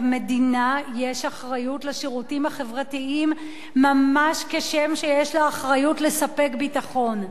למדינה יש אחריות לשירותים החברתיים ממש כשם שיש לה אחריות לספק ביטחון,